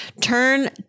turn